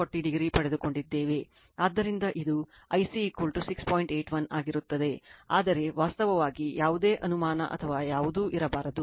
81 ಆಗಿರುತ್ತದೆ ಆದರೆ ವಾಸ್ತವವಾಗಿ ಯಾವುದೇ ಅನುಮಾನ ಅಥವಾ ಯಾವುದೂ ಇರಬಾರದು